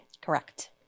Correct